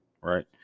right